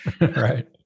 right